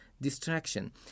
distraction